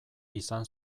izan